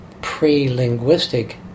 pre-linguistic